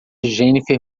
jennifer